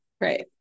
right